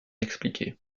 expliquer